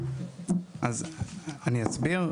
אז אני אסביר.